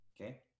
okay